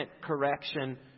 correction